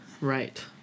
Right